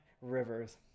Rivers